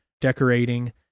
decorating